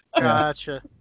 gotcha